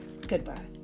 Goodbye